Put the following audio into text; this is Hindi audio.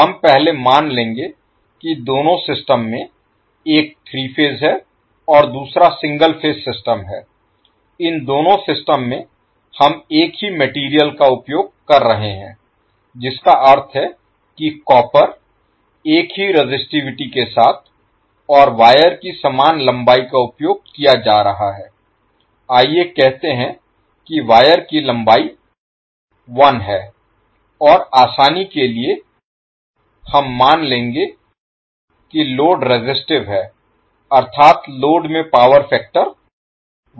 हम पहले मान लेंगे कि दोनों सिस्टम में एक 3 फेज है और दूसरा सिंगल फेज सिस्टम है इन दोनों सिस्टम में हम एक ही मटेरियल का उपयोग कर रहे हैं जिसका अर्थ है कि कॉपर एक ही रेसिस्टिविटी के साथ और वायर की समान लंबाई का उपयोग किया जा रहा है आइए कहते हैं कि वायर की लंबाई l है और आसानी के लिए हम मान लेंगे कि लोड रेसिस्टिव है अर्थात लोड में पावर फैक्टर 1 है